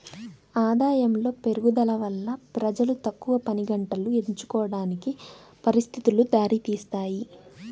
ఆదాయములో పెరుగుదల వల్ల ప్రజలు తక్కువ పనిగంటలు ఎంచుకోవడానికి పరిస్థితులు దారితీస్తాయి